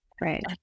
Right